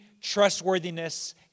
trustworthiness